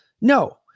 No